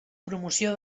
promoció